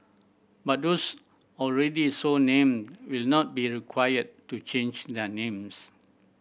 but those already so named will not be required to change their names